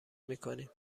میکنیم